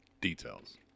details